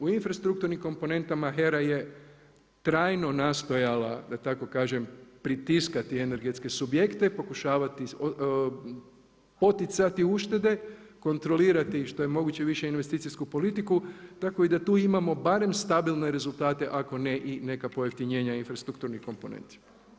U infrastrukturnim komponentama HERA je trajno nastojala da tako kažem, pritisak energetske subjekte, pokušavati poticati uštede, kontrolirati što je moguće više investicijsku politiku, tako i da tu imamo barem stabilne rezultate, ako ne i neka pojeftinjenja infrastrukturnih komponenti.